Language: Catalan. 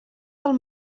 del